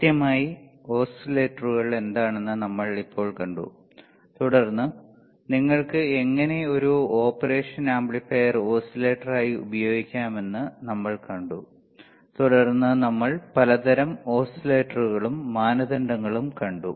കൃത്യമായി ഓസിലേറ്ററുകൾ എന്താണെന്ന് നമ്മൾ ഇപ്പോൾ കണ്ടു തുടർന്ന് നിങ്ങൾക്ക് എങ്ങനെ ഒരു ഓപ്പറേഷൻ ആംപ്ലിഫയർ ഓസിലേറ്ററായി ഉപയോഗിക്കാമെന്ന് നമ്മൾ കണ്ടു തുടർന്ന് നമ്മൾ പലതരം ഓസിലേറ്ററുകളും മാനദണ്ഡങ്ങളും കണ്ടു